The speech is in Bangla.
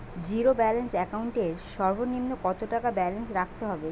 জীরো ব্যালেন্স একাউন্ট এর সর্বনিম্ন কত টাকা ব্যালেন্স রাখতে হবে?